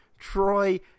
Troy